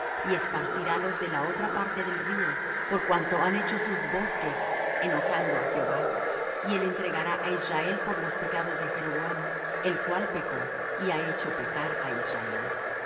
y esparcirálos de la otra parte del río por cuanto han hecho sus bosques enojando á jehová y él entregará á israel por los pecados de jeroboam el cual pecó y ha hecho pecar á israel